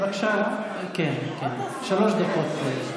בבקשה, שלוש דקות.